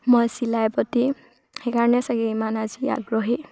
মই চিলাই প্ৰতি সেইকাৰণে চাগে ইমান আজি আগ্ৰহী